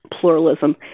pluralism